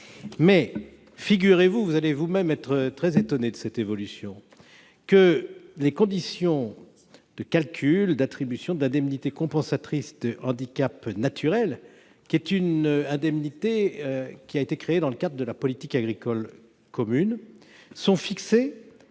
Figurez-vous- vous allez vous-même être très étonné de cette évolution -que les conditions de calcul et d'attribution de l'indemnité compensatoire de handicaps naturels, indemnité créée dans le cadre de la politique agricole commune, sont fixées